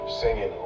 Singing